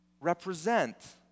represent